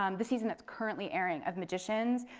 um the season that's currently airing of magicians,